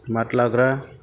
मात लाग्रा